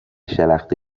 شلخته